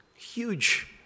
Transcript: huge